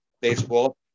baseball